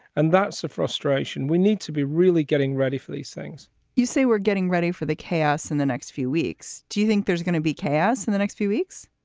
and that's the frustration we need to be really getting ready for these things you say we're getting ready for the chaos in the next few weeks. do you think there's gonna be chaos in and the next few weeks?